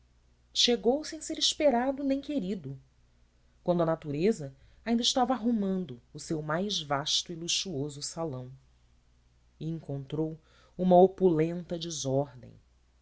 chegou sem ser esperado nem querido quando a natureza ainda estava arrumando o seu mais vasto e luxuoso salão e encontrou uma opulenta desordem